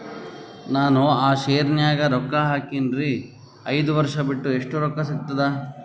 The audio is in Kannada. ನಾನು ಆ ಶೇರ ನ್ಯಾಗ ರೊಕ್ಕ ಹಾಕಿನ್ರಿ, ಐದ ವರ್ಷ ಬಿಟ್ಟು ಎಷ್ಟ ರೊಕ್ಕ ಸಿಗ್ತದ?